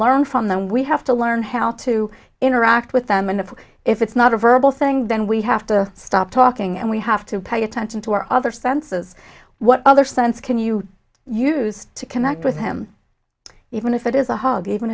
learn from them we have to learn how to interact with them and if it's not a verbal thing then we have to stop talking and we have to pay attention to our other senses what other sense can you use to connect with him even if it is a hug even